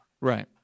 Right